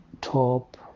top